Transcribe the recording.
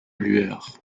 lueur